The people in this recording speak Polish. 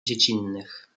dziecinnych